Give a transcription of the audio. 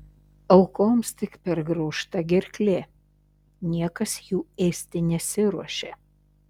aukoms tik pergraužta gerklė niekas jų ėsti nesiruošė